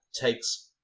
takes